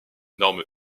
normes